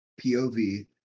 POV